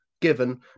given